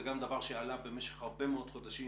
זה גם דבר שעלה בהמשך הרבה מאוד חודשים